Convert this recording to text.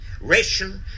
racial